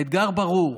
האתגר ברור,